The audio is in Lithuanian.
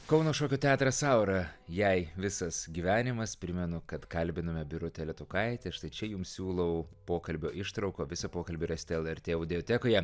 kauno šokio teatras aura jai visas gyvenimas primenu kad kalbinome birutę letukaitę štai čia jums siūlau pokalbio ištrauką o visą pokalbį rasite lrt audiotekoje